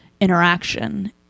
interaction